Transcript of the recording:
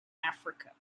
africa